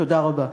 תודה רבה.